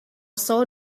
saw